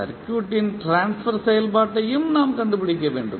circuit ன் transfer செயல்பாட்டையும் நாம் கண்டுபிடிக்க வேண்டும்